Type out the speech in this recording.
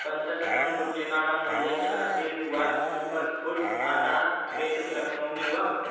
पञ्चशतं रूप्यकाणां मुल्यस्य आसीर्वाद् सुपर् फ़ुड्स् आटा क्रेतुं शक्नोमि वा